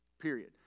period